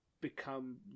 become